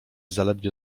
zaledwie